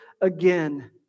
again